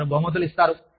వారు బహుమతులు ఇస్తారు